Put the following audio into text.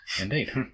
Indeed